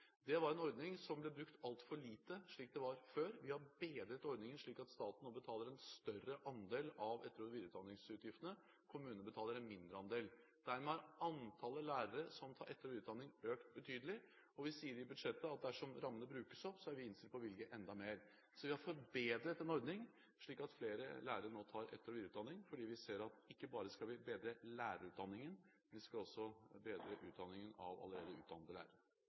Det var en ordning som ble brukt altfor lite før. Vi har bedret ordningen slik at staten nå betaler en større andel av etter- og videreutdanningsutgiftene, kommunene betaler en mindre andel. Dermed har antallet lærere som tar etter- og videreutdanning økt betydelig, og vi sier i budsjettet at dersom rammene brukes opp, er vi innstilt på å bevilge enda mer. Så vi har forbedret en ordning slik at flere lærere nå tar etter- og videreutdanning, fordi vi ser at ikke bare skal vi bedre lærerutdanningen; vi skal også bedre utdanningen av allerede utdannede lærere.